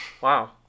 Wow